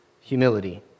humility